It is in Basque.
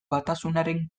batasunaren